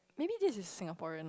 maybe this is Singaporean lah